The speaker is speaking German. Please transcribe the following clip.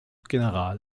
general